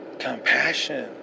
compassion